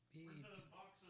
Beads